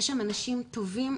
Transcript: יש שם אנשים טובים,